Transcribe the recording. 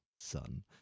son